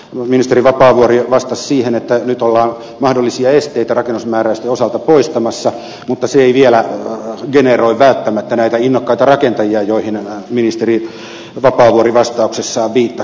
ministeri vapaavuori vastasi siihen että nyt ollaan mahdollisia esteitä rakennusmääräysten osalta poistamassa mutta se ei vielä generoi välttämättä näitä innokkaita rakentajia joihin ministeri vapaavuori vastauksessaan viittasi